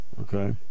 okay